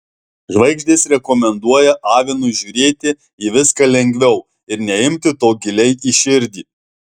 žvaigždės rekomenduoja avinui žiūrėti į viską lengviau ir neimti to giliai į širdį